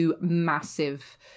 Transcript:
massive